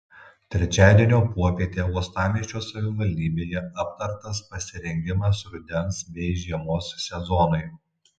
trečiadienio popietę uostamiesčio savivaldybėje aptartas pasirengimas rudens bei žiemos sezonui